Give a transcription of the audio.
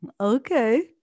okay